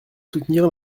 soutenir